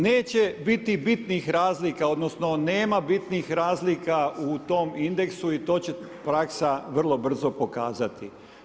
Neće biti bitnih razlika, odnosno nema bitnih razlika u tom indeksu i to će praksa vrlo brzo pokazati.